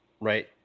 Right